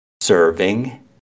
serving